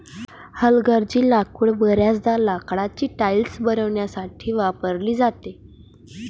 हलगर्जी लाकूड बर्याचदा लाकडाची टाइल्स बनवण्यासाठी वापरली जाते